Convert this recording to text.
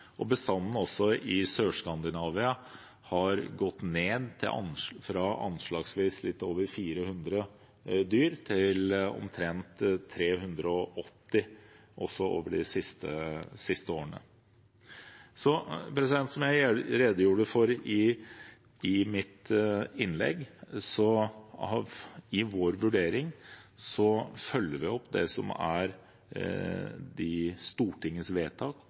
Bestanden i Sør-Skandinavia har over de siste årene også gått ned, fra anslagsvis litt over 400 dyr til omtrent 380. Som jeg redegjorde for i mitt innlegg, følger vi i vår vurdering opp Stortingets vedtak og merknadene fra 2017, men det er det samme. De beslutningene vi tar, skal følge opp Stortingets vedtak